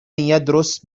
يدرس